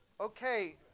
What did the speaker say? Okay